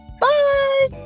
Bye